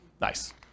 Nice